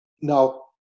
Now